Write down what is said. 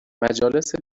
مجالس